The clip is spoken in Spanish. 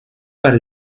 para